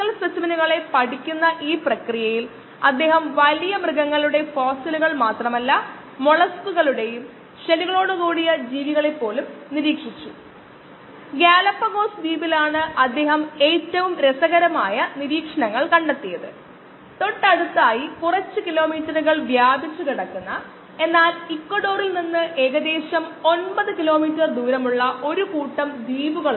ഒരാൾക്ക് നന്നായി പാടാനോ നന്നായി നൃത്തം ചെയ്യാനോ അല്ലെങ്കിൽ ഒരു ഗെയിം നന്നായി കളിക്കാനോ അല്ലെങ്കിൽ കഴിവുകളെക്കുറിച്ച് നമുക്ക് ചിന്തിക്കാനോ കഴിയും അതുപോലെ പ്രോബ്ലം സോൾവിങ് ഒരു കഴിവാണ് വാസ്തവത്തിൽ ഇത് വൈജ്ഞാനിക ഡൊമെയ്നിലെ ഉയർന്ന തലത്തിലുള്ള കഴിവാണ്